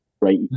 right